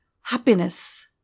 happiness